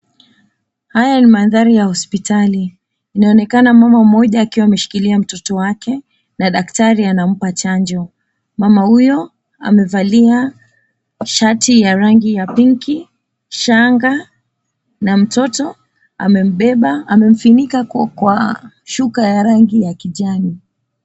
Haya ni maandhari ya hospitali, inaonekana mama mmoja aliyeshikilia mtoto wake na daktaru anampa chanjo. Mama huyo amevalia shati ya rangi ya pinki, shanga na mtoto amembeba, amemfinika koo kwa shuka ya rangi ya kijani.